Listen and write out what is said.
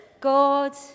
God